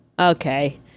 okay